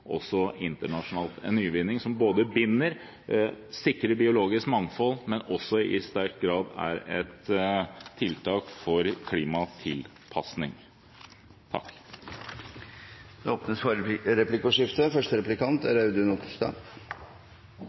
en nyvinning som både binder, sikrer biologisk mangfold og i sterk grad er et tiltak for klimatilpasning.